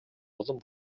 улам